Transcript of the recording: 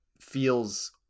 feels